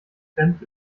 fremd